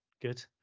Good